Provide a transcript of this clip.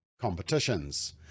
competitions